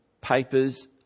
papers